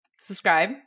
Subscribe